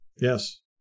Yes